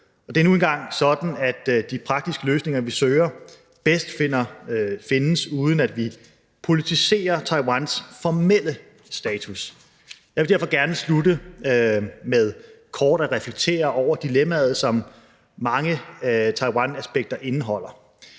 det er nu engang sådan, at de praktiske løsninger, vi søger, bedst findes, uden at vi politiserer Taiwans formelle status. Jeg vil derfor gerne slutte af med kort at reflektere over Taiwan og de dilemmaer, der